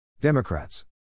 Democrats